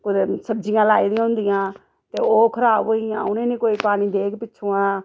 कुदै सब्ज़ियां लाई हियां होंदियां ते ओह् खराब होई गेइयां उ'नेंगी नी कोई पानी देग पिच्छुआं